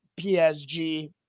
PSG